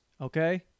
okay